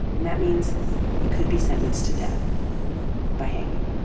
and that means he could be sentenced to death by hanging.